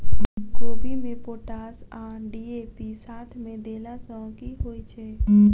कोबी मे पोटाश आ डी.ए.पी साथ मे देला सऽ की होइ छै?